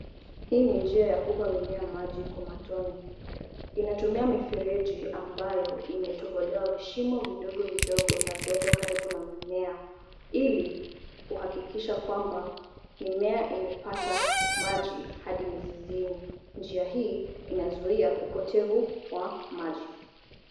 Hii ni njia ya kupa mimea maji kwa matone. Inatumia mifereji ambayo imetobolewa vishimo vidogo vidogo na kuwekwa karibu na mimea ili kuhakikisha kwamba mimea imepata maji hadi mizizini. Njia hii inazuia upotevu wa maji.